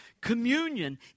Communion